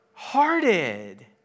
Hearted